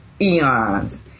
eons